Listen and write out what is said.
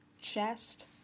chest